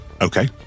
Okay